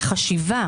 שהחשיבה